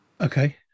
Okay